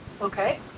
Okay